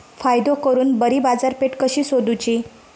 फायदो करून बरी बाजारपेठ कशी सोदुची?